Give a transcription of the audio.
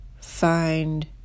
find